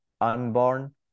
unborn